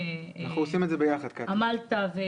שעמלת,